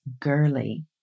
girly